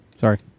Sorry